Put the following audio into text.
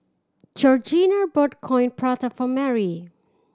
Georgina bought Coin Prata for Marry